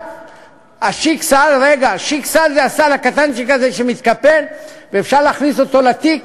השיק סל זה הסל הקטנצ'יק הזה שמתקפל ואפשר להכניס אותו לתיק,